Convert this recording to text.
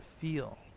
feel